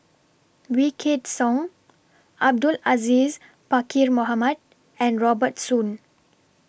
Wykidd Song Abdul Aziz Pakkeer Mohamed and Robert Soon